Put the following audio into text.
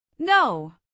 No